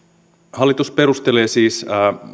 hallitus perustelee siis